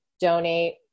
donate